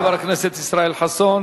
תודה לחבר הכנסת ישראל חסון.